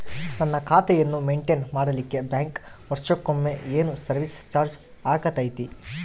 ನನ್ನ ಖಾತೆಯನ್ನು ಮೆಂಟೇನ್ ಮಾಡಿಲಿಕ್ಕೆ ಬ್ಯಾಂಕ್ ವರ್ಷಕೊಮ್ಮೆ ಏನು ಸರ್ವೇಸ್ ಚಾರ್ಜು ಹಾಕತೈತಿ?